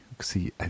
see